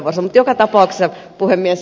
joka tapauksessa puhemies